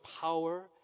power